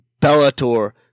Bellator